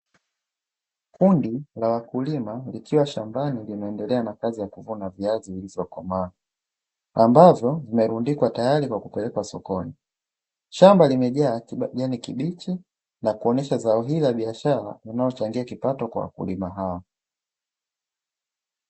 Kundi la wakulima likiwa shambani linaendelea na kazi ya kuvuna viazi vilivyokomaa. Ambavyo vimerundikwa tayari kwa kupelekwa sokoni. Shamba limejaa kijani kibichi na kuonyesha zao hili la biashara linalochangia kipato kwa wakulima hawa.